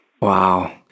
Wow